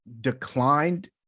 Declined